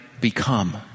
become